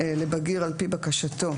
לבגיר על פי בקשתו,